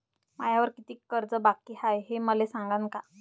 मायावर कितीक कर्ज बाकी हाय, हे मले सांगान का?